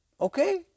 Okay